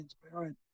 transparent